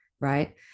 right